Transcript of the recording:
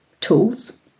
tools